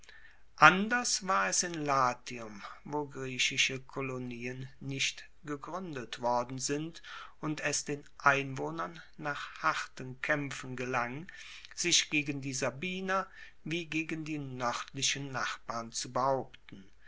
anders war es in latium wo griechische kolonien nicht gegruendet worden sind und es den einwohnern nach harten kaempfen gelang sich gegen die sabiner wie gegen die noerdlichen nachbarn zu behaupten